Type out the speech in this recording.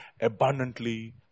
abundantly